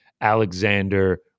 Alexander